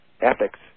ethics